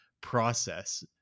process